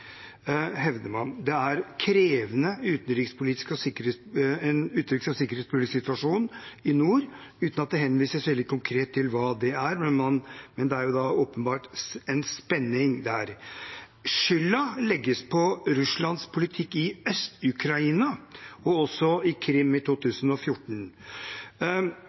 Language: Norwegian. hevder man. Det er en krevende utenriks- og sikkerhetspolitisk situasjon i nord, uten at det henvises veldig konkret til hva det er, men det er jo åpenbart en spenning der. Skylden legges på Russlands politikk i Øst-Ukraina og også i Krim i 2014.